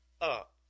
up